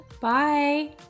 Bye